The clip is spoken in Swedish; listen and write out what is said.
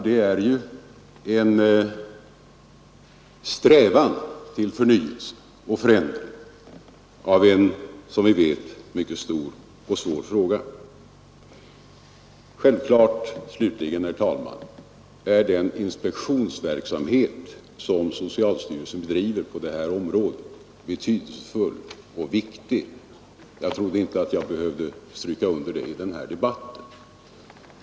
Det är en strävan till förnyelse och förändring av ett stort och svårt område. Slutligen, herr talman, är den inspektionsverksamhet som socialstyrelsen bedriver på området betydelsefull och viktig. Jag trodde inte att jag behövde stryka under det i den här debatten.